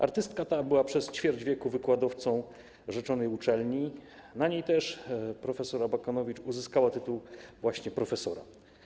Artystka ta była przez ćwierć wieku wykładowcą rzeczonej uczelni, na niej też prof. Abakanowicz uzyskała właśnie tytuł profesora.